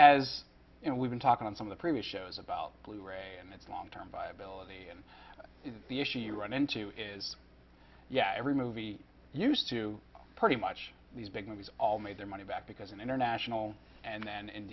as you know we've been talking on some of the previous shows about blu ray and its long term viability and the issue you run into is yeah every movie used to pretty much these big movies all made their money back because in international and then